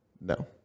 No